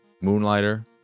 Moonlighter